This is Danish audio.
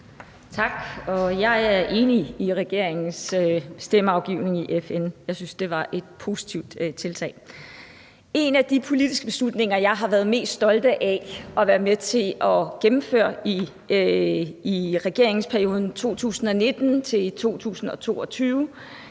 Tak. Jeg er enig iregeringens stemmeafgivning i FN. Jeg synes, det var et positivt tiltag. En af de politiske beslutninger, jeg har været mest stolt af at være med til at gennemføre i regeringsperioden 2019-2022,